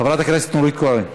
חברת הכנסת נורית קורן,